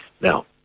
Now